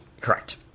Correct